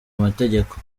amategeko